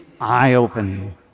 eye-opening